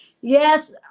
yes